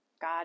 god